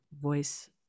voice